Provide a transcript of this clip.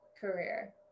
career